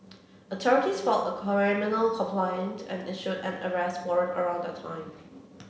authorities filed a criminal complaint and issued an arrest warrant around that time